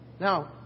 Now